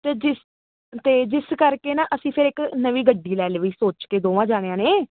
ਤੇ ਜਿਸ ਤੇ ਜਿਸ ਕਰਕੇ ਨਾ ਅਸੀਂ ਫਿਰ ਇੱਕ ਨਵੀਂ ਗੱਡੀ ਲੈ ਲਈ ਵੀ ਸੋਚ ਕੇ ਦੋਵਾਂ ਜਾਣਿਆਂ ਨੇ